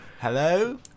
Hello